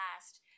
last